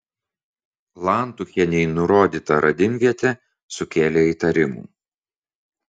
lantuchienei nurodyta radimvietė sukėlė įtarimų